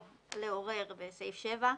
או לעורר בסעיף 7,